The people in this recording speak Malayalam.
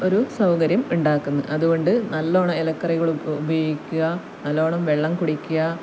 ഒരു സൗകര്യം ഉണ്ടാക്കുന്ന് അതുകൊണ്ട് നല്ലോണം എലക്കറികൾ ഉപയോഗിക്കുക നല്ലോണം വെള്ളം കുടിക്കുക